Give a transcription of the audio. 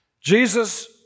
Jesus